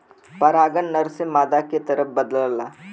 परागन नर से मादा के तरफ बदलला